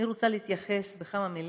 אני רוצה להתייחס בכמה מילים